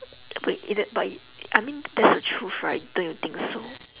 wait is tha~ but it I mean that's the truth right don't you think also